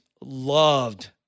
loved